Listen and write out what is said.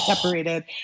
separated